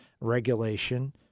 regulation